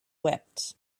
wept